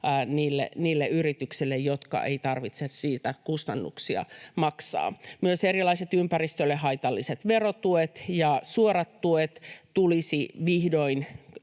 niille yrityksille, joiden ei tarvitse siitä kustannuksia maksaa. Myös erilaisten ympäristölle haitallisten verotukien ja suorien tukien